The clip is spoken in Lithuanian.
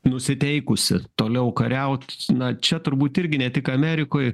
nusiteikusi toliau kariaut na čia turbūt irgi ne tik amerikoj